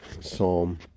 psalm